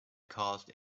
caused